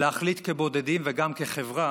להחליט, כבודדים וגם כחברה,